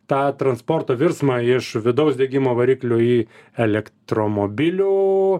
tą transporto virsmą iš vidaus degimo variklio į elektromobilių